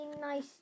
nice